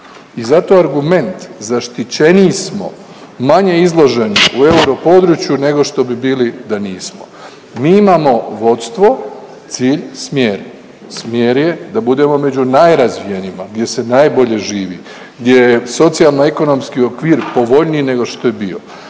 i zato argument zaštićeniji smo, manje izloženi u europodručju nego što bi bili da nismo. Mi imamo vodstvo, cilj, smjer. Smjer je da budemo među najrazvijenijima, gdje se najbolje živi, gdje je socijalno ekonomski okvir povoljniji nego što je bio.